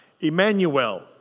Emmanuel